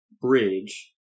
Bridge